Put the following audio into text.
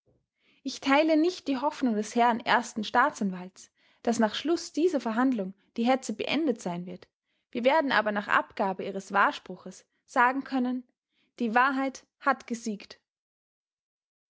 ich teile nicht die hoffnung des herrn ersten staatsanwalts daß nach schluß dieser verhandlung die hetze beendet sein wird wir werden aber nach abgabe ihres wahrspruches sagen können die wahrheit hat gesiegt